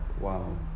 Wow